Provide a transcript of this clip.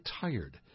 tired